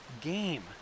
game